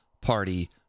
Party